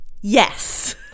Yes